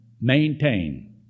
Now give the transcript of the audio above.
maintain